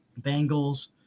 Bengals